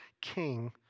king